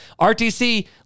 RTC